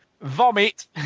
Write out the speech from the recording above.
Vomit